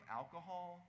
alcohol